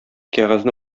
кәгазьне